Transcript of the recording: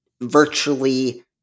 virtually